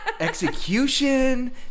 Execution